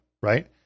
right